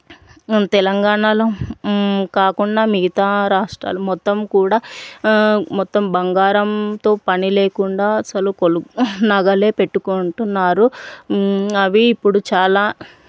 తెలంగాణాలో కాకుండా మిగతా రాష్ట్రాలు మొత్తం కూడా మొత్తం బంగారంతో పని లేకుండా అసలు కొలు నగలే పెట్టుకుంటున్నారు అవి ఇప్పుడు చాలా